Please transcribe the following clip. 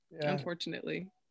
unfortunately